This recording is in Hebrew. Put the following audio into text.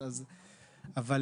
אבל